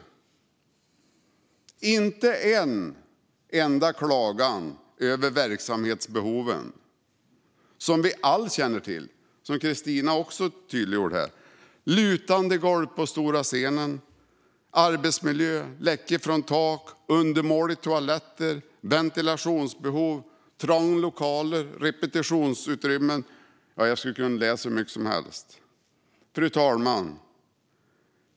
Jag hörde inte en enda klagan över verksamhetsbehoven, som vi alla känner till, och som Kristina också tydliggjorde här. Det handlar om lutande golv på stora scenen, arbetsmiljö, läckor från tak, undermåliga toaletter, ventilationsbehov, trånga lokaler och repetitionsutrymmen. Jag skulle kunna läsa upp hur mycket som helst. Fru talman!